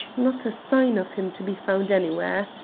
not a sign of him to be found anywhere.